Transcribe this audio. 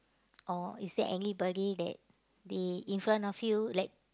or is there anybody that they in front of you like